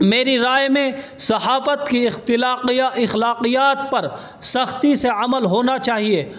میری رائے میں صحافت کی اختلافیہ اخلاقیات پر سختی سے عمل ہونا چاہیے